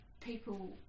people